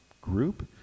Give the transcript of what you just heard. group